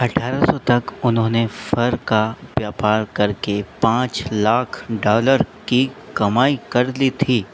अठारह तक उन्होंने फर का व्यापार करके पाँच लाख डॉलर की कमाई कर ली थी